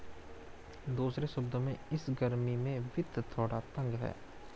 दूसरे शब्दों में, इस गर्मी में वित्त थोड़ा तंग है